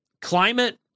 climate